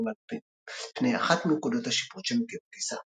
מעל פני אחת מנקודות השיפוט של נתיב הטיסה.